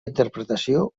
interpretació